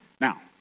Now